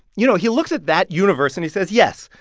you know, he looks at that universe and he says yes,